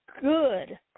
good